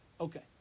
Okay